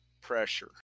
pressure